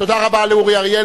תודה רבה לאורי אריאל.